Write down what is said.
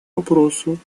вопросу